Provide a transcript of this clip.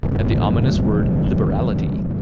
at the ominous word liberality,